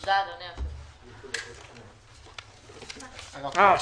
בשעה 14:00.